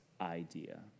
idea